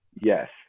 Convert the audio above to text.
Yes